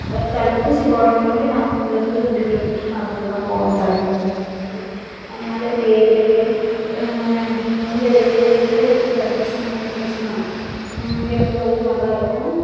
ஒரு தடுப்பூசி போடணுன்னாலே நாங்கள் இங்கேர்ந்து ரெண்டு கிலோமீட்ரு நடந்து தான் போகணும் தடுப்பூசி மையத்துக்கு அதனால் எங்கள் ஏரியாலையே எங்கள் ஏரியாக்குள்ளையே தடுப்பூசி மையம் இருந்திச்சுன்னா எங்களுக்கு கொஞ்சம் நல்லாருக்கும்